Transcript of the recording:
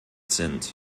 sind